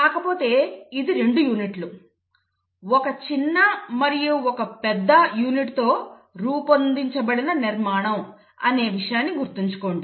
కాకపోతే ఇది 2 యూనిట్లు ఒక చిన్న మరియు ఒక పెద్ద యూనిట్తో రూపొందించబడిన నిర్మాణం అనే విషయం గుర్తుంచుకోండి